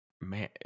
man